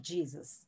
Jesus